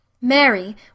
Mary